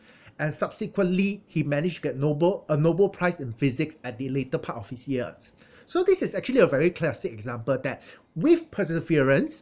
and subsequently he managed get nobel a nobel prize in physics at the later part of his years so this is actually a very classic example that with perseverance